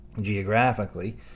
geographically